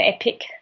epic